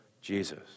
Jesus